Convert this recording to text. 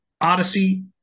odyssey